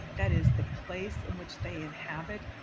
that is the place in which they inhabit,